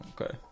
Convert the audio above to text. Okay